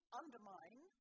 undermine